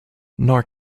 nor